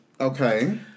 Okay